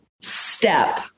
step